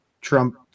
Trump